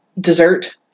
dessert